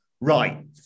right